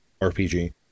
RPG